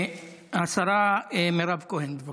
השרה מירב כהן, בבקשה.